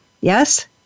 Yes